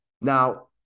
Now